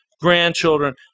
grandchildren